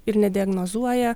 ir nediagnozuoja